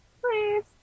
please